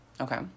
okay